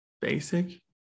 basic